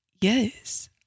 yes